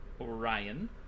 Orion